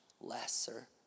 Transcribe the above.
lesser